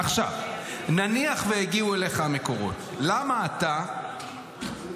עכשיו, נניח שהגיעו אליך המקורות, למה אתה פועל,